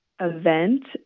event